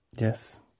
Yes